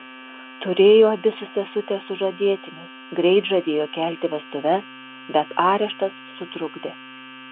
turėjo abi su sesute sužadėtinius greit žadėjo kelti vestuves bet areštas sutrukdė